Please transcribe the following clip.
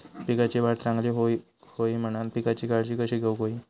पिकाची वाढ चांगली होऊक होई म्हणान पिकाची काळजी कशी घेऊक होई?